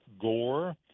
Gore